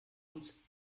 uns